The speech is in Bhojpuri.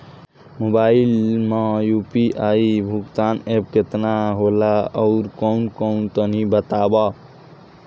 मोबाइल म यू.पी.आई भुगतान एप केतना होला आउरकौन कौन तनि बतावा?